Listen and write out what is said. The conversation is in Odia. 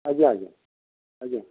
ଆଜ୍ଞା ଆଜ୍ଞା